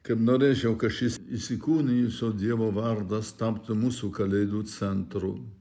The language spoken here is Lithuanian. kaip norėčiau kad šis įsikūnijusio dievo vardas taptų mūsų kalėdų centru